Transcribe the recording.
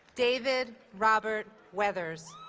david robert weathers